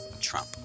Trump